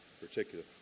particular